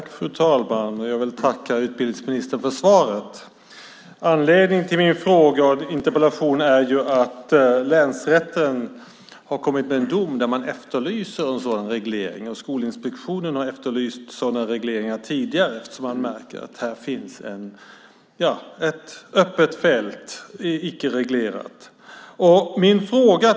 Fru talman! Jag vill tacka utbildningsministern för svaret. Anledningen till att jag har ställt denna interpellation är att länsrätten i en dom har efterlyst en sådan reglering, och Skolinspektionen har efterlyst sådana regleringar tidigare eftersom man har märkt att det finns ett icke-reglerat öppet fält.